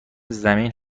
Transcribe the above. زمین